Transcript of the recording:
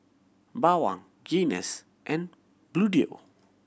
Bawang Guinness and Bluedio